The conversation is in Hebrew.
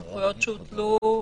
סמכויות שהוטלו,